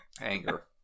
anger